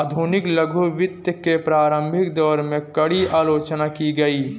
आधुनिक लघु वित्त के प्रारंभिक दौर में, कड़ी आलोचना की गई